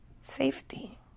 Safety